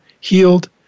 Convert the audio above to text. healed